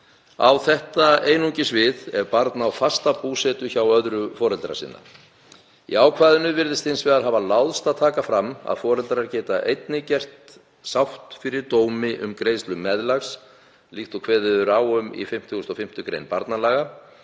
Á þetta einungis við ef barn á fasta búsetu hjá öðru foreldra sinna. Í ákvæðinu virðist hins vegar hafa láðst að taka fram að foreldrar geti einnig gert sátt fyrir dómi um greiðslu meðlags, líkt og kveðið er á um í 55. gr. barnalaga,